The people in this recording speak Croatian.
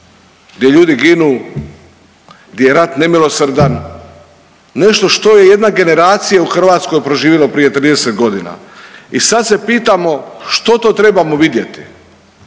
gdje ljudi ginu, gdje je rat nemilosrdan, nešto što je jedna generacija u Hrvatskoj proživjela prije 30.g. i sad se pitamo što to trebamo vidjeti,